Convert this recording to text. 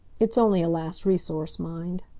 it's only a last resource, mind.